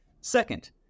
Second